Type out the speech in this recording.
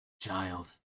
child